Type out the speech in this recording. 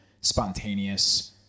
spontaneous